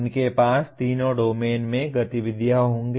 उनके पास तीनों डोमेन में गतिविधियाँ होंगी